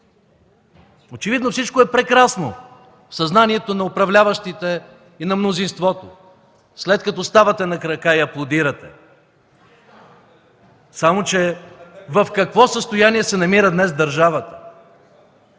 Очевидно всичко е прекрасно в съзнанието на управляващите и на мнозинството, след като ставате на крака и аплодирате. Само че в какво състояние се намира днес държавата?